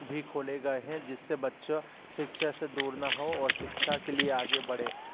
भी खोले गये है जिससे बच्चों शिक्षा से दूर न हो और शिक्षा के लिए आगे बढ़े